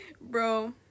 bro